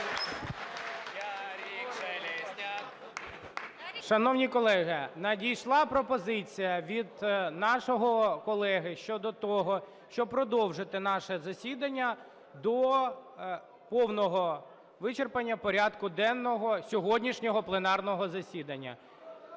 Шановні колеги, надійшла пропозиція від нашого колеги щодо того, щоб продовжити наше засідання до повного вичерпання порядку денного сьогоднішнього пленарного засідання.